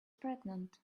pregnant